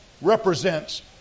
represents